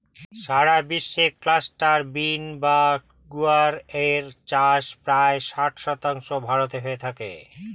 সারা বিশ্বে cluster bean বা গুয়ার এর চাষের প্রায় ষাট শতাংশ ভারতে হয়ে থাকে